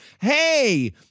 Hey